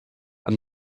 and